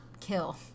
kill